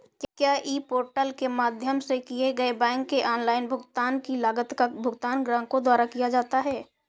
क्या e portal के माध्यम से किए गए बैंक के ऑनलाइन भुगतान की लागत का भुगतान ग्राहकों द्वारा किया जाता है?